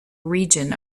region